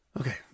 Okay